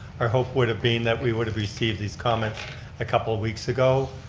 our hope would have been that we would have received these comments a couple weeks ago,